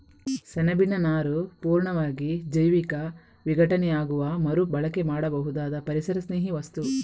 ಸೆಣಬಿನ ನಾರು ಪೂರ್ಣವಾಗಿ ಜೈವಿಕ ವಿಘಟನೆಯಾಗುವ ಮರು ಬಳಕೆ ಮಾಡಬಹುದಾದ ಪರಿಸರಸ್ನೇಹಿ ವಸ್ತು